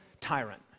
tyrant